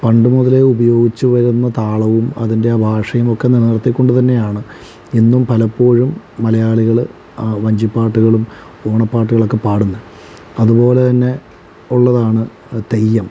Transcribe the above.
പണ്ട് മുതലേ ഉപയോഗിച്ച് വരുന്ന താളവും അതിൻ്റെ ആ ഭാഷയും ഒക്കെ നിലനിർത്തിക്കൊണ്ട് തന്നെയാണ് ഇന്നും പലപ്പോഴും മലയാളികൾ ആ വഞ്ചി പാട്ടുകളും ഓണപ്പാട്ടുകളുമൊക്ക പാടുന്നെ അതുപോലെ തന്നെ ഉള്ളതാണ് തെയ്യം